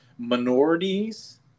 minorities